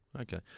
Okay